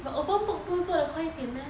but open book 不是做得快一点 meh